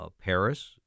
Paris